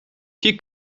que